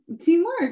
Teamwork